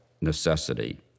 necessity